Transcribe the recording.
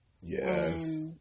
Yes